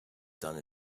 done